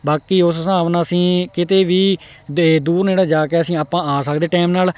ਬਾਕੀ ਉਸ ਹਿਸਾਬ ਨਾਲ ਅਸੀਂ ਕਿਤੇ ਵੀ ਦੇ ਦੂਰ ਨੇੜੇ ਜਾ ਕੇ ਅਸੀਂ ਆਪਾਂ ਆ ਸਕਦੇ ਟੈਮ ਨਾਲ